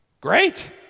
Great